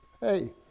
hey